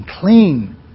Clean